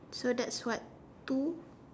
so that's what two